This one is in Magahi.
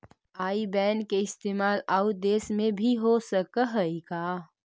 आई बैन के इस्तेमाल आउ देश में भी हो सकऽ हई का?